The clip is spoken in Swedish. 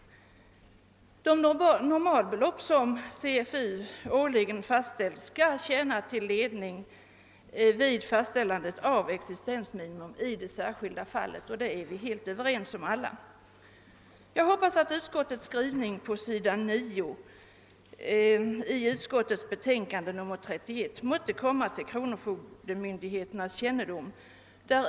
De normalbelopp som CFU årligen fastställer skall tjäna till ledning vid fastställande av existensminimum i det särskilda fallet. Det är vi alla helt överens om. Jag hoppas att utskottets skrivning på s. 9 i utskottets betänkande nr 31 måtte komma till kronofogdemyndigheternas kännedom.